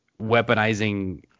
weaponizing